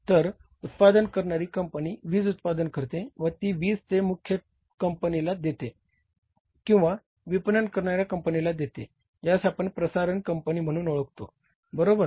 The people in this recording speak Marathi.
तर उत्पादन करणारी कंपनी वीज उत्पादन करते व ती वीज ते मुख्य कंपनीला देते किंवा विपणन करणाऱ्या कंपनीला देते ज्यास आपण प्रसारण कंपनी म्हणून ओळखतो बरोबर